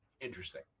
interesting